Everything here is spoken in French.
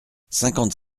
cinquante